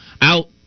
out